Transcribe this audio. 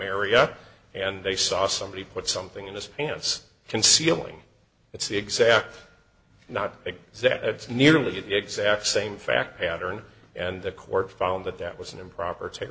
area and they saw somebody put something in this pants concealing it's the exact not exact it's nearly the exact same fact pattern and the court found that that was an improper take